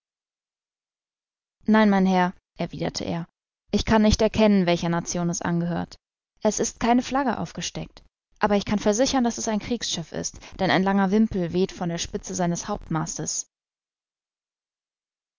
nein mein herr erwiderte er ich kann nicht erkennen welcher nation es angehört es ist keine flagge aufgesteckt aber ich kann versichern daß es ein kriegsschiff ist denn ein langer wimpel weht von der spitze seines hauptmastes